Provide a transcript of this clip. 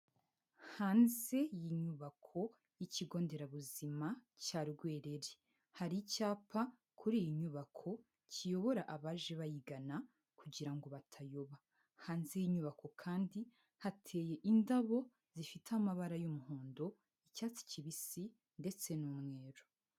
Hanze y'inyubako y'ikigo nderabuzima cya Rwerere, hari icyapa kuri iyi nyubako kiyobora abaje bayigana kugira ngo batayoba, hanze y'inyubako kandi hateye indabo zifite amabara y'umuhondo, icyatsi kibisi ndetse n'umweru.